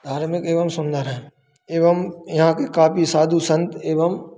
धार्मिक एवं सुंदर हैं एवं यहाँ के काफी साधू संत एवं